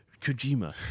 Kojima